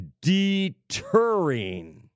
deterring